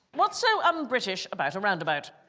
what's so unbritish about a roundabout?